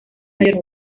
mayor